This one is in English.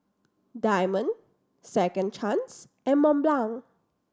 Diamond Second Chance and Mont Blanc